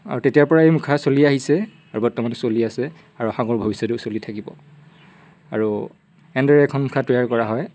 আৰু তেতিয়াৰ পৰাই মুখা চলি আহিছে আৰু বৰ্তমানেও চলি আছে আৰু আশা কৰোঁ ভৱিষ্যতেও চলি থাকিব আৰু এনেদৰে এখন মুখা তৈয়াৰ কৰা হয়